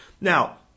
Now